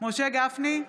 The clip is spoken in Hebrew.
משה גפני,